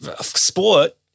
sport